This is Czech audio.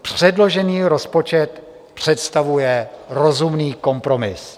Předložený rozpočet představuje rozumný kompromis.